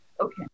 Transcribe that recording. okay